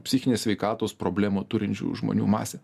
psichinės sveikatos problemų turinčių žmonių masę